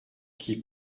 qui